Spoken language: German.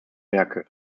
werke